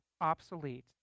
obsolete